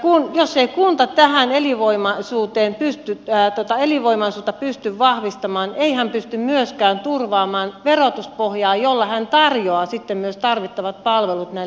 ulkoisen kunta tähän elinvoimaisuuteen pystyttää tätä elinvoimaisuutta pysty vahvistamaan ihan pysty myöskään turvaamaan verotuspohjaa jolla hän tarjoaa siten myös tarvittavat palvelut niin